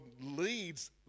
leads